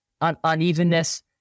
Unevenness